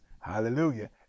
hallelujah